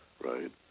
right